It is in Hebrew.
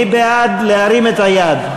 מי בעד, להרים את היד.